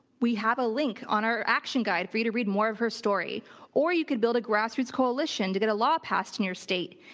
we have a link on our action guide for you to read more of her story or you could build a grassroots coalition to get a law passed in your state.